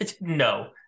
no